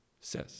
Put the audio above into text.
says